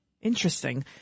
interesting